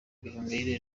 gahongayire